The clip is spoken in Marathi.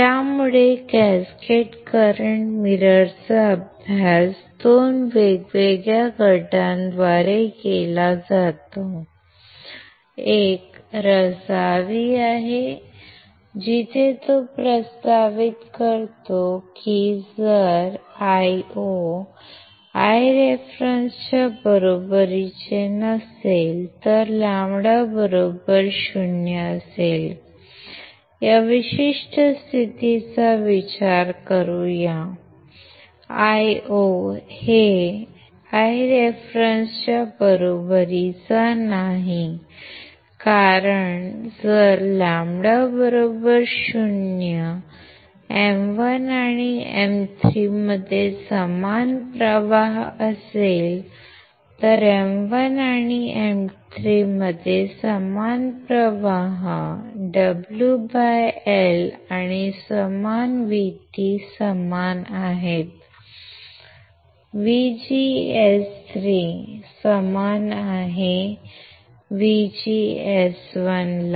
त्यामुळे कॅस्केड करंट मिररचा अभ्यास दोन वेगवेगळ्या गटांद्वारे केला जातो एक रझावी आहे जिथे तो प्रस्तावित करतो की Io जर Ireference च्या बरोबरीचे नसेल तर λ 0 या विशिष्ट स्थितीचा विचार करूया Io हे Ireference बरोबरीचा नाही कारण जर λ 0 M1 आणि M3 मध्ये समान प्रवाह असेल तर M1 आणि M3 मध्ये समान प्रवाह WL आणि VT समान आहेत VGS3 समान आहे VGS1 ला